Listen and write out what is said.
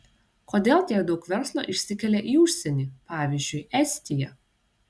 kodėl tiek daug verslo išsikelia į užsienį pavyzdžiui estiją